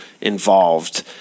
involved